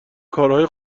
کارهای